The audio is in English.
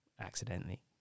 accidentally